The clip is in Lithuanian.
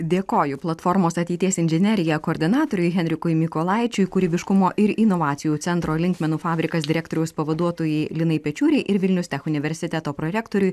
dėkoju platformos ateities inžinerija koordinatoriui henrikui mykolaičiui kūrybiškumo ir inovacijų centro linkmenų fabrikas direktoriaus pavaduotojai linai pečiūrai ir vilnius tech universiteto prorektoriui